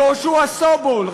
יהושע סובול.